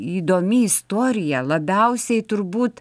įdomi istorija labiausiai turbūt